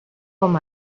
com